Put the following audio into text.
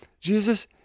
Jesus